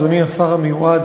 אדוני השר המיועד,